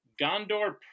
Gondor